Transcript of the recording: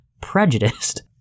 prejudiced